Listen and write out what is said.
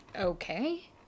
Okay